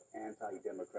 anti-democratic